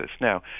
Now